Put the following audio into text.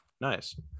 Nice